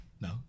No